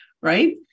right